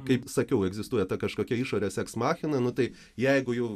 kaip sakiau egzistuoja kažkokia išorės eksmachina nu tai jeigu jau